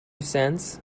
cents